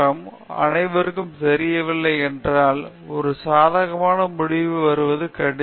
சப்ரி லால் பெண் கலாச்சாரம் அனைவருக்கும் தெரியவில்லை என்றால் ஒரு சாதகமான முடிவுக்கு வருவது கடினம்